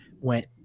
went